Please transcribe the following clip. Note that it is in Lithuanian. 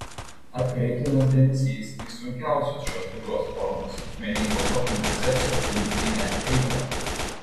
atkreiptinas dėmesys į sunkiausios šios ligos formos meningokokinio sepsio klinikinę eigą